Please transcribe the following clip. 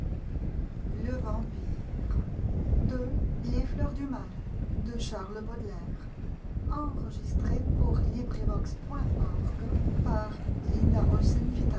danscelle ci slr les fleurs du mal